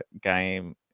game